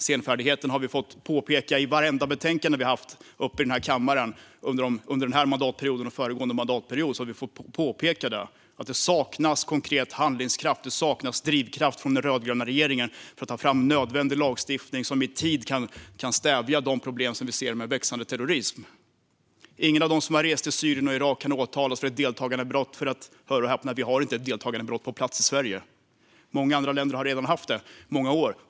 Senfärdigheten har vi fått påpeka i vartenda betänkande vi har haft uppe i kammaren under denna och föregående mandatperiod. Vi har fått påpeka att det saknas konkret handlingskraft och drivkraft från den rödgröna regeringen för att ta fram nödvändig lagstiftning som i tid kan stävja de problem som vi ser med växande terrorism. Ingen av dem som har rest till Syrien och Irak kan åtalas för deltagandebrott eftersom vi inte - hör och häpna - har rubriceringen deltagandebrott på plats i Sverige! Många andra länder har redan haft det i många år.